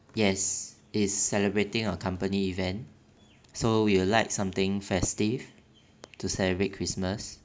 yes is celebrating our company event so we would like something festive to celebrate christmas